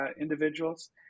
individuals